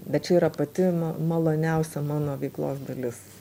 bet čia yra pati ma maloniausia mano veiklos dalis